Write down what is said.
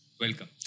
Welcome